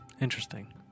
Interesting